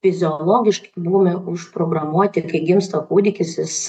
fiziologiškai buvome užprogramuoti kai gimsta kūdikis jis